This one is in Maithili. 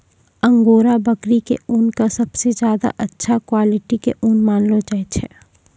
अंगोरा बकरी के ऊन कॅ सबसॅ ज्यादा अच्छा क्वालिटी के ऊन मानलो जाय छै